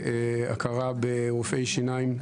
הוא הכרה ברופאי שיניים.